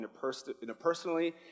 interpersonally